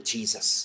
Jesus